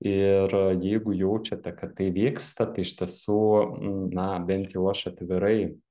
ir jeigu jaučiate kad tai vyksta tai iš tiesų na bent jau aš atvirai